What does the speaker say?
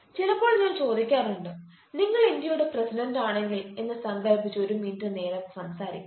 ചിലപ്പോൾ ഞാൻ ചോദിക്കാറുണ്ട് നിങ്ങൾ ഇന്ത്യയുടെ പ്രസിഡന്റാണെങ്കിൽ എന്ന് സങ്കല്പിച്ച് ഒരു മിനിറ്റ് നേരം സംസാരിക്കാൻ